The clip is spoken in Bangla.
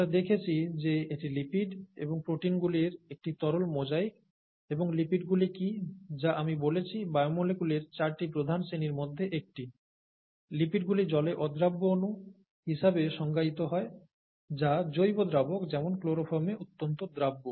আমরা দেখেছি যে এটি লিপিড এবং প্রোটিনগুলির একটি তরল মোজাইক এবং লিপিডগুলি কী যা আমি বলেছি বায়োমোলিকুলের চারটি প্রধান শ্রেণীর মধ্যে একটি লিপিডগুলি জলে অদ্রাব্য অণু হিসাবে সংজ্ঞায়িত হয় যা জৈব দ্রাবক যেমন ক্লোরোফর্মে অত্যন্ত দ্রাব্য